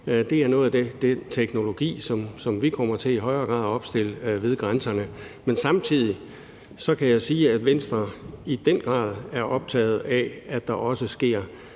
Det er noget af den teknologi, som vi i højere grad kommer til at opstille ved grænserne. Samtidig kan jeg sige, at vi i Venstre i den grad er optaget af, at der også sker